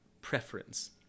preference